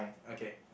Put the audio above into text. okay